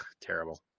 terrible